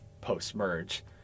post-merge